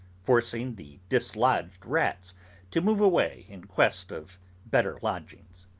forcing the dislodged rats to move away in quest of better lodgings.